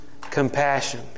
compassion